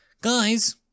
Guys